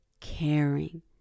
caring